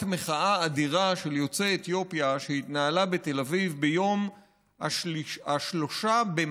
מחאה אדירה של יוצאי אתיופיה שהתנהלה בתל אביב ב-3 במאי